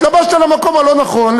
התלבשת על המקום הלא-נכון,